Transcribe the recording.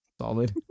Solid